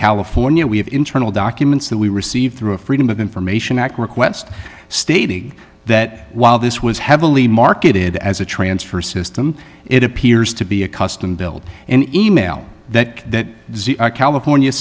california we have internal documents that we received through a freedom of information act request stating that while this was heavily marketed as a transfer system it appears to be a custom built in e mail that are california